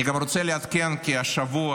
אני גם רוצה לעדכן כי השבוע,